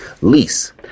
Lease